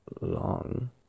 long